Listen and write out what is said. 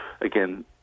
again